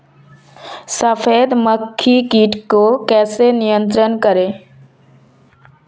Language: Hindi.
सफेद मक्खी कीट को नियंत्रण कैसे करें?